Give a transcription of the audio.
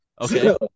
Okay